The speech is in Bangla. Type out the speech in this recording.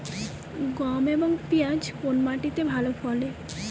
গম এবং পিয়াজ কোন মাটি তে ভালো ফলে?